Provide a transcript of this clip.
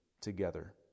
together